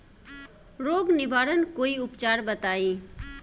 रोग निवारन कोई उपचार बताई?